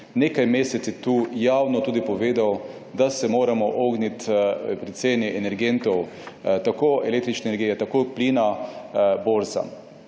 nekaj meseci tukaj javno tudi povedal, da se mora ogniti pri ceni energentov, električne energije in plina, borzam.